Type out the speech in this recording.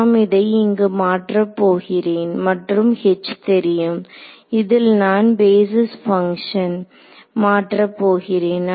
நான் இதை இங்கு மாற்றப் போகிறேன் மற்றும் H தெரியும் இதில் நான் பேஸிஸ் பங்ஷனை மாற்றப் போகிறேன்